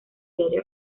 diario